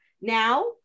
Now